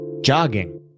jogging